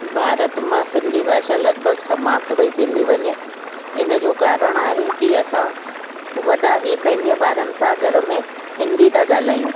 भारत मां सिंधी भाषा लॻिभॻि समाप्त पई थींदी वञे इन जो कारण आहे कि असां वॾा ई पंहिंजे ॿारनि सां घर में हिंदी था ॻाल्हायूं